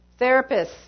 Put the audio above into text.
therapists